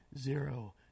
Zero